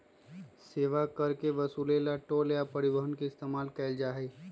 सेवा शुल्क कर के वसूले ला टोल या परिवहन के इस्तेमाल कइल जाहई